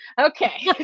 Okay